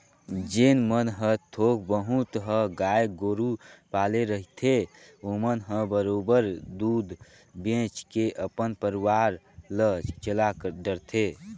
जेन मन ह थोक बहुत ह गाय गोरु पाले रहिथे ओमन ह बरोबर दूद बेंच के अपन परवार ल चला डरथे